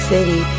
City